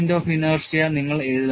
Moment of inertia നിങ്ങൾ എഴുതണം